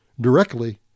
directly